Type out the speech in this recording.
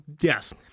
yes